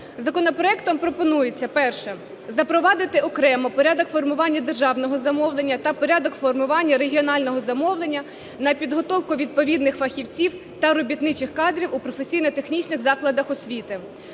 Законопроектом пропонується, перше, запровадити окремо порядок формування державного замовлення та порядок формування регіонального замовлення на підготовку відповідних фахівців та робітничих кадрів у професійно-технічних закладах освіти.